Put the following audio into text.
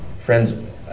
Friends